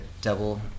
double